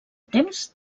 temps